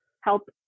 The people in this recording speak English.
help